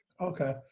okay